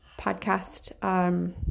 podcast